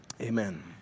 amen